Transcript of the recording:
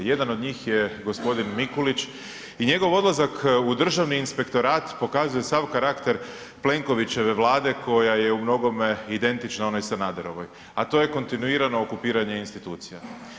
Jedan od njih je g. Mikulić i njegov odlazak u Državni inspektorat pokazuje sav karakter Plenkovićeve Vlade koja je u mnogome identična onoj Sanaderovoj a to je kontinuirano okupiranje institucija.